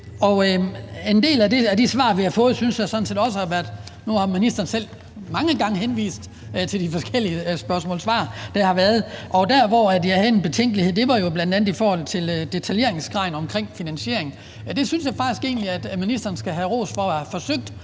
og en del af de svar, vi har fået, synes jeg sådan set også har været fine. Nu har ministeren selv mange gange henvist til de forskellige spørgsmål-svar, der har været. Der, hvor jeg havde en betænkelighed, var jo bl.a. i forhold til detaljeringsgraden i forbindelse med finansieringen, og det synes jeg faktisk egentlig ministeren skal have ros for at have forsøgt